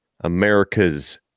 America's